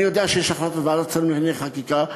אני יודע שיש החלטת ועדת שרים לענייני חקיקה.